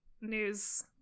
news